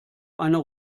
einer